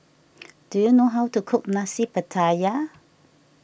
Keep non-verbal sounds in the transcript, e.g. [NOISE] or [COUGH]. [NOISE] do you know how to cook Nasi Pattaya